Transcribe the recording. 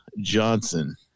Johnson